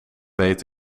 weet